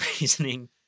reasoning